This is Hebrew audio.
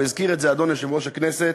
והזכיר את זה אדוני יושב-ראש הכנסת,